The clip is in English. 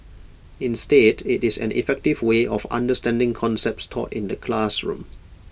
instead IT it is an effective way of understanding concepts taught in the classroom